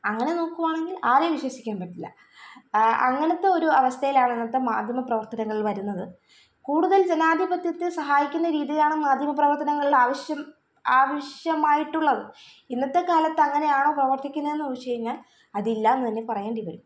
അങ്ങനെ നോക്കുവാണെങ്കില് ആരെയും വിശ്വസിക്കാന് പറ്റത്തില്ല അങ്ങനത്തെ ഒരു അവസ്ഥയിലാണിന്നത്തെ മാധ്യമപ്രവര്ത്തനങ്ങള് വരുന്നത് കൂടുതല് ജനാധിപത്യത്തെ സഹായിക്കുന്ന രീതിയാണ് മാധ്യമപ്രവര്ത്തനങ്ങളിൽ ആവശ്യം ആവശ്യമായിട്ടുള്ളത് ഇന്നത്തെക്കാലത്ത് അങ്ങനെയാണൊ പ്രവര്ത്തിക്കുന്നതെന്ന് ചോദിച്ചു കഴിഞ്ഞാല് അതില്ല എന്ന് തന്നെ പറയേണ്ടി വരും